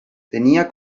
tenía